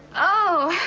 oh,